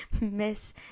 Miss